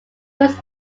was